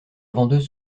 vendeuse